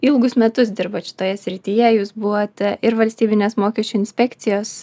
ilgus metus dirbot šitoje srityje jūs buvote ir valstybinės mokesčių inspekcijos